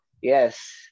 Yes